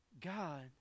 God